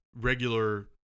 regular